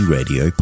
Radio